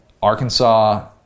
Arkansas